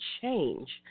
change